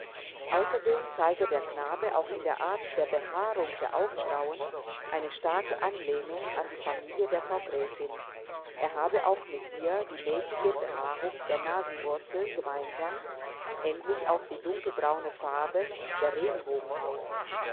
außerdem zeige der knabe auch in der art der behaarung der augenbrauen eine starke anlehnung an die familie der frau gräfin er habe auch mit ihr die mäßige behaarung der nasenwurzel gemeinsam endlich auch die dunkelbraune farbe der regenbogenhaut